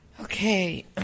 Okay